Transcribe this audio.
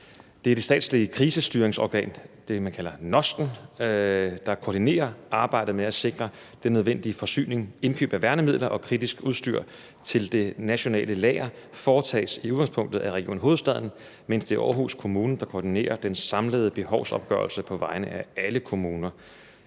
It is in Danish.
Det er det statslige krisestyringsorgan – det, som man kalder NOST'en – der koordinerer arbejdet med at sikre den nødvendige forsyning. Indkøb af værnemidler og kritisk udstyr til det nationale lager foretages i udgangspunktet af Region Hovedstaden, mens det er Aarhus Kommune, der koordinerer den samlede behovsopgørelse på vegne af alle kommuner.